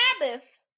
Sabbath